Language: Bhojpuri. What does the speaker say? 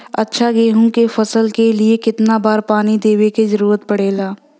अच्छा गेहूँ क फसल के लिए कितना बार पानी देवे क जरूरत पड़ेला?